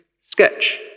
sketch